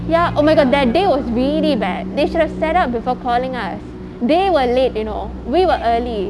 ya oh my god that day was really bad they should have set up before calling us they were late you know we were early